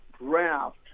draft